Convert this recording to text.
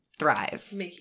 Thrive